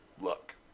look